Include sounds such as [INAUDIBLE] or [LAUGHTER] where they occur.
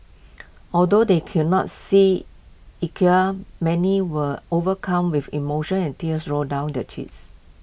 although they could not see [UNINTELLIGIBLE] many were overcome with emotion and tears rolled down their cheeks